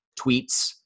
tweets